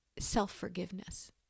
self-forgiveness